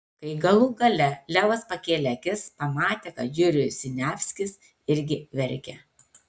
kai galų gale levas pakėlė akis pamatė kad jurijus siniavskis irgi verkia